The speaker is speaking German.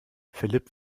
philipp